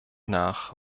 nach